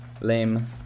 Lame